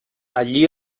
allí